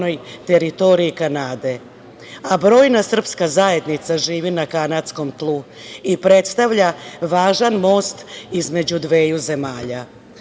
teritoriji Kanade. Brojna srpska zajednica živi na kanadskom tlu i predstavlja važan most između dveju zemalja.